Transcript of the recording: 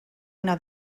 una